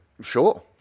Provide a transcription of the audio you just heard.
Sure